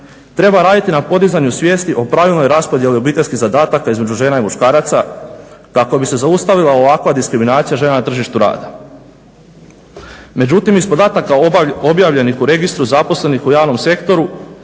Treba raditi na podizanju svijesti o pravilnoj rasporedi obiteljskih zadataka između žena i muškaraca kako bi se zaustavila ovakva diskriminacija žena na tržištu rada. Međutim iz podataka objavljenih u registru zaposlenih u javnom sektoru